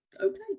okay